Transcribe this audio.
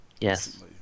Yes